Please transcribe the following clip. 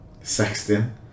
Sexton